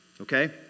okay